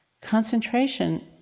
Concentration